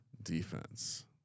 Defense